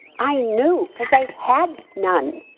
i knew, cause they had none.